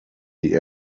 die